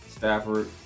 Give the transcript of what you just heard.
Stafford